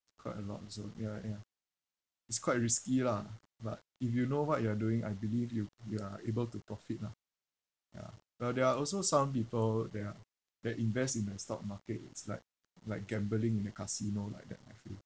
quite a lot also ya ya it's quite risky lah but if you know what you are doing I believe you you are able to profit lah ya but there are also some people they are they invest in the stock market it's like like gambling in a casino like that I feel